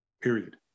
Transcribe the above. Period